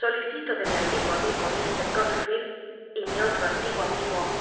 solicilo de mi antiguo amigo m coppcrfield y mi ollo antiguo amigo